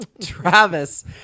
Travis